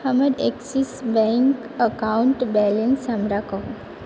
हमर Axis bank अकाउन्टके balance हमरा कहू